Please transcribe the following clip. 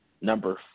Number